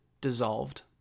dissolved